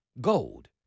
gold